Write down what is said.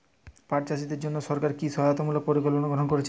পাট চাষীদের জন্য সরকার কি কি সহায়তামূলক পরিকল্পনা গ্রহণ করেছে?